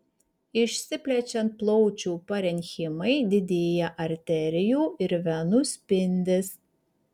išsiplečiant plaučių parenchimai didėja arterijų ir venų spindis